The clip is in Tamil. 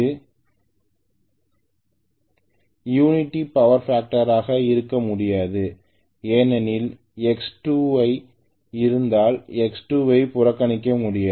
இதுயூனிட்டி பவர் ஃபேக்டர் ஆக இருக்க முடியாது ஏனெனில் X2l Iஇருப்பதால் X2l ஐ புறக்கணிக்க முடியாது